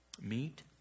meet